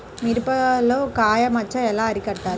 మిరపలో కాయ మచ్చ ఎలా అరికట్టాలి?